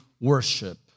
worship